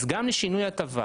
גם לשינוי הטבה,